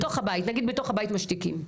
בתוך הבית, נגיד בתוך הבית משתיקים.